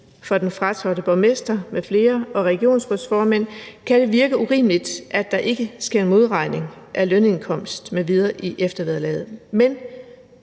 for den fratrådte borgmester eller regionsrådsformand m.fl., kan det virke urimeligt, at der ikke sker en modregning af lønindkomsten i eftervederlaget. Men